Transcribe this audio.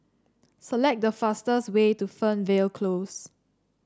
select the fastest way to Fernvale Close